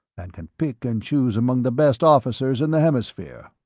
and can pick and choose among the best officers in the hemisphere.